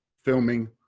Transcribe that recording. filming,